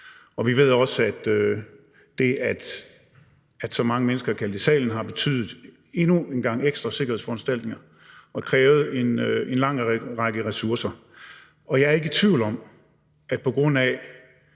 Og vi ved også, at det, at så mange mennesker er kaldt i salen, har betydet endnu en gang ekstra sikkerhedsforanstaltninger og krævet en lang række ressourcer. Og jeg er ikke i tvivl om, at der, på grund af